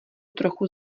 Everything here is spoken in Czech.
trochu